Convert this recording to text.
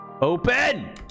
open